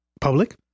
Public